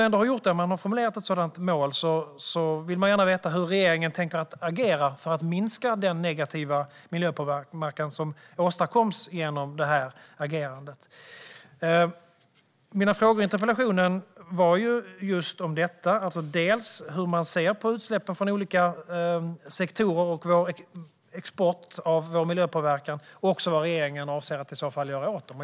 Med ett sådant mål vill man gärna veta hur regeringen tänker agera för att minska den negativa miljöpåverkan som åstadkoms genom agerandet. Mina frågor i min interpellation gällde dels hur regeringen ser på utsläppen från olika sektorer och vår export av vår miljöpåverkan, dels vad regeringen avser att göra åt dem.